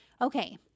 Okay